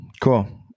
cool